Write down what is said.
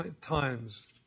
times